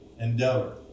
endeavor